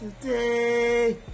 today